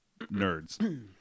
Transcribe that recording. nerds